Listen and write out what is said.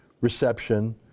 reception